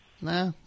Nah